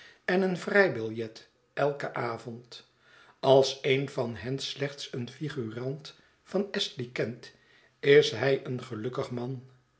en een vrijbiljet elken avond als een van hen slechts een figurant van astley kent is hij een gelukkig man